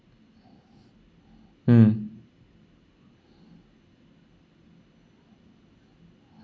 mm